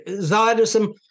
zionism